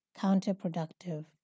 counterproductive